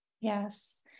Yes